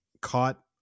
caught